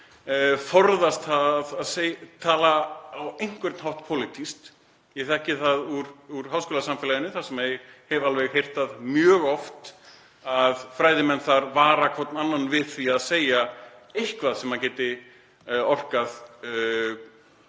forðast að tala á einhvern hátt pólitískt. Ég þekki það úr háskólasamfélaginu, ég hef heyrt það mjög oft að fræðimenn þar vara hver annan við því að segja eitthvað sem geti orkað